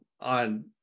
on